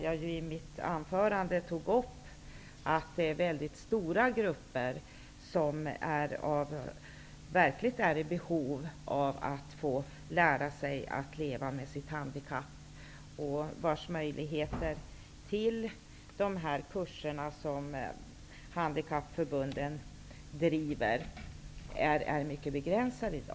Jag tog i mitt anförande upp att det är mycket stora grupper som verkligen är i behov av att få lära sig att leva med sitt handikapp och vars möjligheter att delta i de kurser som handikappförbunden bedriver i dag är mycket begränsade.